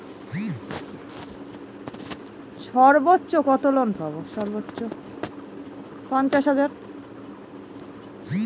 কৃষি লোনে সর্বোচ্চ কত টাকা লোন পাবো?